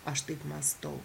aš taip mąstau